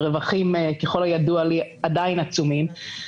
והרווחים ככל הידוע לי עדיין עצומים.